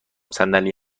صندلی